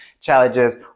challenges